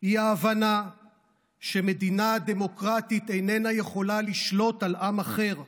היא ההבנה שמדינה דמוקרטית איננה יכולה לשלוט על עם אחר.